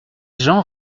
gens